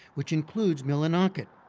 which includes millinocket,